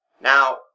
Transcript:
now